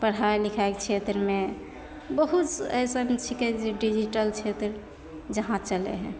पढ़ाइ लिखाइ छेत्रमे बहुत अइसन छिकै जे डिजीटल छेत्र जहाँ चलै हइ